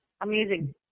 Amazing